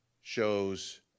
shows